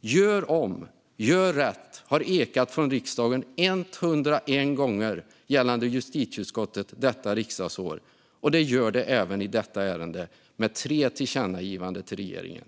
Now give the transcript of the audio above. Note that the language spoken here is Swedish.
"Gör om, gör rätt!" har ekat från riksdagens justitieutskott 101 gånger under detta riksdagsår, och det gör det även i detta ärende med tre tillkännagivanden till regeringen.